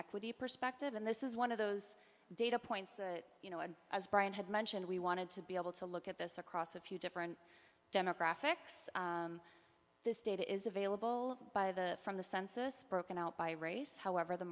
equity perspective and this is one of those data points that you know and as brian had mentioned we wanted to be able to look at this across a few different demographics this data is available by the from the census broken out by race however the